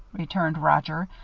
returned roger,